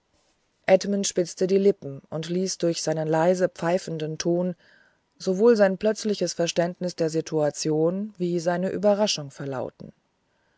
edmund spitzte die lippen und ließ durch einen leisen pfeifenden ton sowohl sein plötzliches verständnis der situation wie seine überraschung verlauten